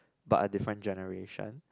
but different generation